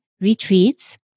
retreats